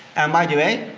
and by the way,